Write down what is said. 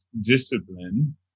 discipline